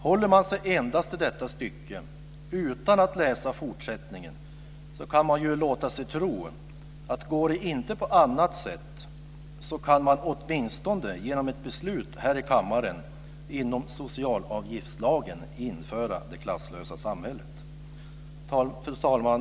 Håller man sig endast till detta stycke, utan att läsa fortsättningen, kan man tro att om det inte går på något annat sätt så kan man åtminstone genom ett beslut här i kammaren inom socialavgiftslagen införa det klasslösa samhället. Fru talman!